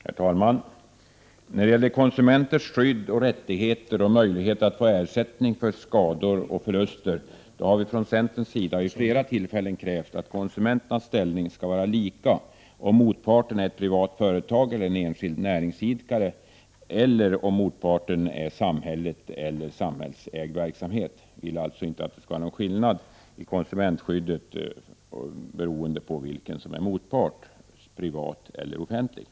Herr talman! När det gäller konsumenters skydd och rättigheter och möjlighet att få ersättning för skador och förluster har vi från centern vid flera tillfällen krävt att konsumenternas ställning skall vara lika om motparten är ett privat företag eller en enskild näringsidkare eller om motparten är samhället eller samhällsägd verksamhet. Vi vill alltså inte att det skall vara någon skillnad i konsumentskyddet beroende på om motparten är privat eller offentlig.